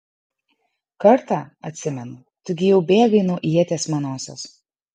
kartą atsimenu tu gi jau bėgai nuo ieties manosios